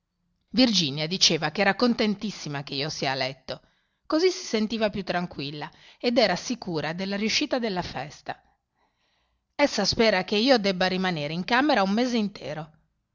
virginia diceva che era contentissima che io sia a letto così si sentiva più tranquilla ed era sicura della riuscita della festa essa spera che io debba rimanere in camera un mese intero